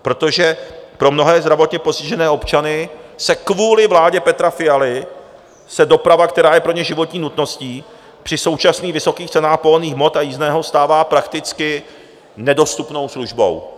Protože pro mnohé zdravotně postižené občany se kvůli vládě Petra Fialy doprava, která je pro ně životní nutností, při současných vysokých cenách pohonných hmot a jízdného stává prakticky nedostupnou službou.